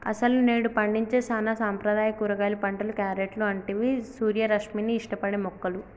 అసలు నేడు పండించే సానా సాంప్రదాయ కూరగాయలు పంటలు, క్యారెట్లు అంటివి సూర్యరశ్మిని ఇష్టపడే మొక్కలు